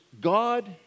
God